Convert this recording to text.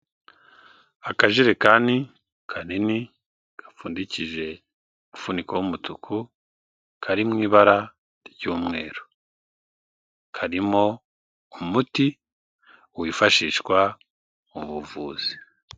Akajerekani kanini gapfundikije umufuniko w'umutuku kari mu ibara ry'umweru karimo umuti wifashishwa mu buvuzi.